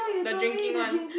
the drinking one